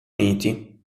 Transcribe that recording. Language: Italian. uniti